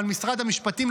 אבל משרד המשפטים,